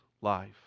life